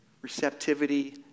receptivity